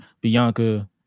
bianca